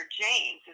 James